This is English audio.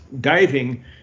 diving